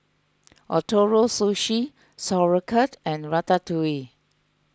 Ootoro Sushi Sauerkraut and Ratatouille